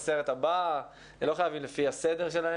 אנשים במהלך ההיסטוריה הלא כל כך קצרה שלנו